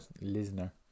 Lisner